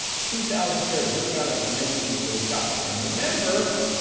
two thousand shares, what about as many as you could have gotten? and, remember,